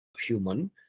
human